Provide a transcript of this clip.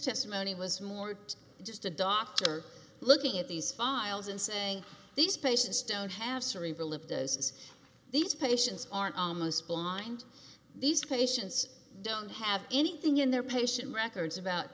testimony was more than just a doctor looking at these files and saying these patients don't have cerebral of those these patients are almost blind these patients don't have anything in their patient records about